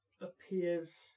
appears